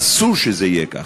אסור שזה יהיה כך.